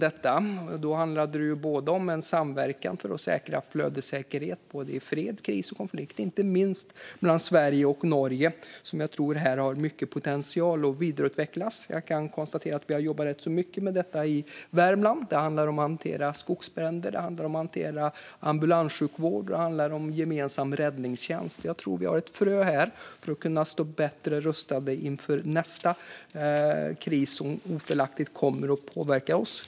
Då handlade det om samverkan för att säkra flödessäkerhet i fred, kris och konflikt, inte minst i Sverige och Norge. Jag tror att den har stor potential att vidareutvecklas. Vi har jobbat ganska mycket med detta i Värmland. Det handlar om att hantera skogsbränder, om att hantera ambulanssjukvård och om gemensam räddningstjänst. Jag tror att det finns ett frö här för att vi ska kunna stå bättre rustade inför nästa kris som otvivelaktigt kommer att påverka oss.